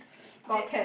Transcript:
got cat